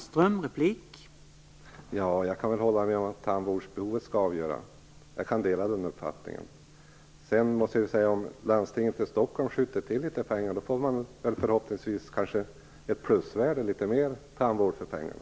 Herr talman! Jag kan hålla med om att tandvårdsbehovet skall avgöra. Jag delar den uppfattningen. Sedan måste jag säga att om landstinget i Stockholm skjuter till litet pengar får man förhoppningsvis mer tandvård för pengarna.